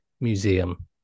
Museum